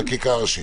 חקיקה ראשית.